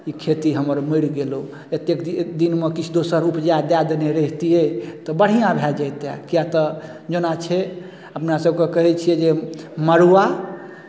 ई खेती हमर मरि गेलहु एतेक दि दिनमे किछु दोसर उपजा दए देने रहितियै तऽ बढ़िआँ भए जइतए किएक तऽ जेना छै अपनासभके कहै छियै मड़ुआ